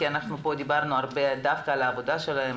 אנחנו פה דיברנו הרבה דווקא על העבודה שלהם,